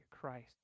Christ